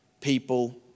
people